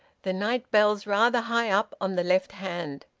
the night bell's rather high up on the left hand.